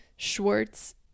Schwartz